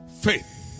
Faith